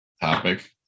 topic